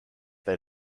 they